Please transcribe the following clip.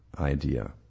idea